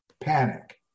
Panic